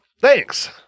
Thanks